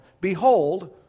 Behold